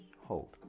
Hold